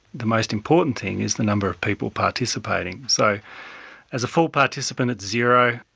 the most important thing is the number of people participating. so as a full participant, it's zero.